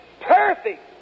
perfect